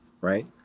right